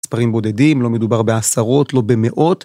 מספרים בודדים, לא מדובר בעשרות, לא במאות.